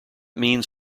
means